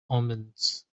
omens